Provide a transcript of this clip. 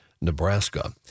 Nebraska